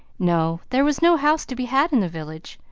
no. there was no house to be had in the village.